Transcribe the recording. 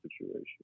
situation